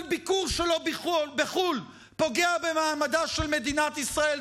כל ביקור שלו בחו"ל פוגע במעמדה של מדינת ישראל,